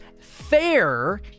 fair